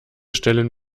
stellen